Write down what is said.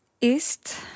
ist